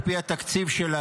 על פי התקציב שלה,